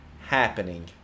happening